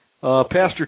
Pastor